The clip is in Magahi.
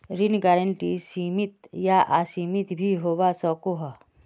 ऋण गारंटी सीमित या असीमित भी होवा सकोह